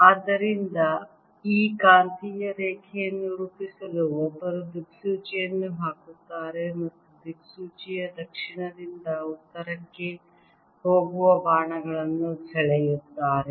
ಆದ್ದರಿಂದ ಈ ಕಾಂತೀಯ ರೇಖೆಗಳನ್ನು ರೂಪಿಸಲು ಒಬ್ಬರು ದಿಕ್ಸೂಚಿಯನ್ನು ಹಾಕುತ್ತಾರೆ ಮತ್ತು ದಿಕ್ಸೂಚಿಯ ದಕ್ಷಿಣದಿಂದ ಉತ್ತರಕ್ಕೆ ಹೋಗುವ ಬಾಣಗಳನ್ನು ಸೆಳೆಯುತ್ತಾರೆ